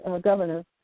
governor